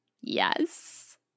Yes